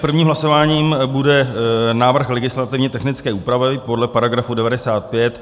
Takže prvním hlasováním bude návrh legislativně technické úpravy podle § 95.